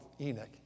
Enoch